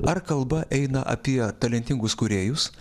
ar kalba eina apie talentingus kūrėjus